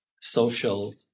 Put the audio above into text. social